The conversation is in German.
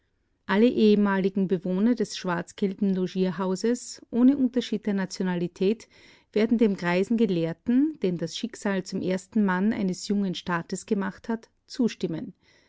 alle ehemaligen bewohner des schwarzgelben logierhauses ohne unterschied der nationalität werden dem greisen gelehrten den das schicksal zum ersten mann eines jungen staates gemacht hat zustimmen